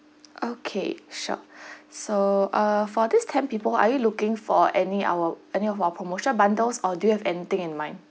okay sure so uh for this ten people are you looking for any our any of our promotion bundles or do you have anything in mind